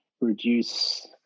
reduce